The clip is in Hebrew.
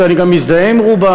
שאני גם מזדהה עם רובם,